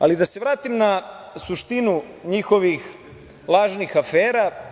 Ali da se vratim na suštinu njihovih lažnih afera.